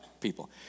people